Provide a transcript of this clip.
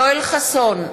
יואל חסון,